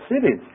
cities